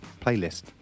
playlist